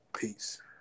Peace